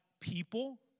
people